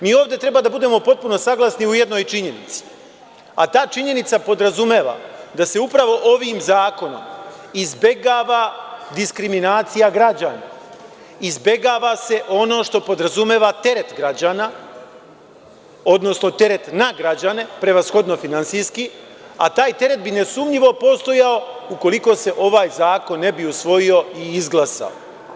Mi ovde treba da budemo potpuno saglasni u jednoj činjenici, a ta činjenica podrazumeva da se upravo ovim zakonom izbegava diskriminacija građana, izbegava se ono što podrazumeva teret građana, odnosno teret na građane, prevashodno finansijski, a taj teret bi nesumnjivo postojao ukoliko se ovaj zakon ne bi usvojio i izglasao.